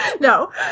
No